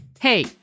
Hey